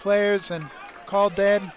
players and called dad